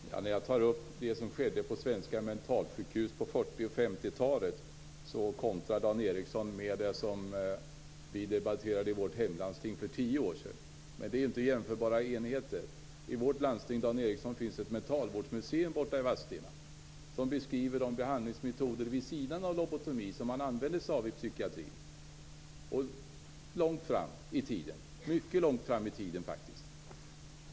Herr talman! När jag tar upp sådant som skedde på svenska mentalsjukhus på 40 och 50-talen kontrar Dan Ericsson med vad vi för tio år sedan debatterade i vårt hemlandsting. Det här är dock inte jämförbara enheter. I vårt landsting, Dan Ericsson, finns det ett mentalvårdsmuseum i Vadstena. Där beskrivs de behandlingsmetoder vid sidan av lobotomin som man använde sig av inom psykiatrin; det gällde faktiskt mycket långt fram i tiden.